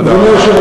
אין על זה ויכוח.